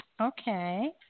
Okay